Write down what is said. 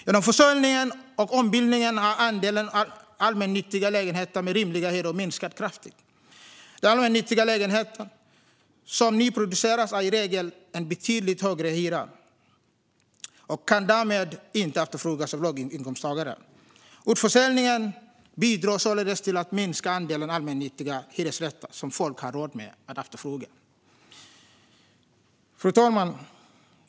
Genom försäljning och ombildning har andelen allmännyttiga lägenheter med rimlig hyra minskat kraftigt. De allmännyttiga lägenheter som nyproduceras har i regel en betydligt högre hyra och kan därmed inte efterfrågas av låginkomsttagare. Utförsäljningarna bidrar således till att minska andelen allmännyttiga hyresrätter som folk har råd att efterfråga. Fru talman!